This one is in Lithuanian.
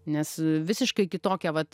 nes visiškai kitokia vat